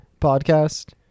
podcast